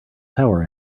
tower